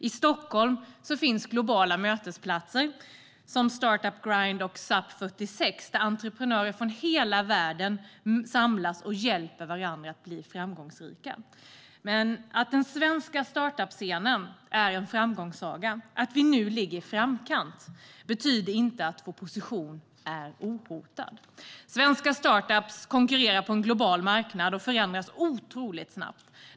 I Stockholm finns globala mötesplatser som Startup Grind och SUP46, där entreprenörer från hela världen samlas och hjälper varandra att bli framgångsrika. Men att den svenska startup-scenen är en framgångssaga, att vi nu ligger i framkant, betyder inte att vår position är ohotad. Svenska startups konkurrerar på en global marknad som förändras otroligt snabbt.